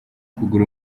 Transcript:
kugura